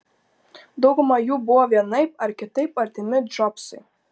dauguma jų buvo vienaip ar kitaip artimi džobsui